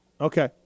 Okay